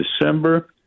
December –